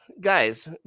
Guys